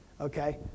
okay